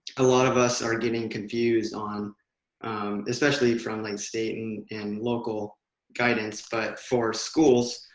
a lot of us are getting confused on especially from like state and and local guidance, but for schools,